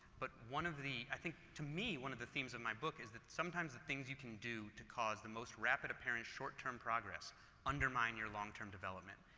but one of the i think, to me, one of the themes of my book is that sometimes the things you can do to cause the most rapidly apparent short term progress undermine your long term development.